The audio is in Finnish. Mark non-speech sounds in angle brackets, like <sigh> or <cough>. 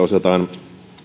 <unintelligible> osataan